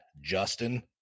Justin